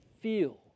feel